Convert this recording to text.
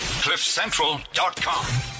cliffcentral.com